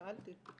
שאלתי.